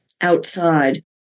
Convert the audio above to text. outside